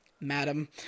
madam